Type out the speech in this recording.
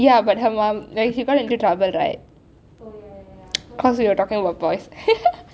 but her mom like she got into trouble right because we were talking about boys